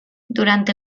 durante